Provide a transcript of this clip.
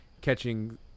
catching